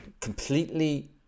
completely